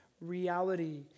reality